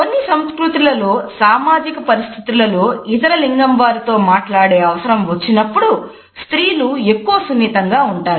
కొన్ని సంస్కృతులలో సామాజిక పరిస్థితులలో ఇతర లింగం వారితో మాట్లాడే అవసరం వచ్చినప్పుడు స్త్రీలు ఎక్కువ సున్నితంగా ఉంటారు